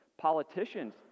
Politicians